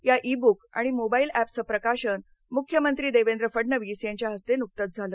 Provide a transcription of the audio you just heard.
या e book आणि mobile एपचं प्रकाशन मुख्यमंत्री देवेंद्र फडणवीस यांच्या हस्ते नुकतंच झालं